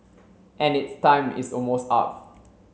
and its time is almost up